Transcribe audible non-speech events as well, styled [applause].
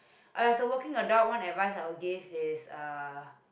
[breath] as a working adult one advice I will give is a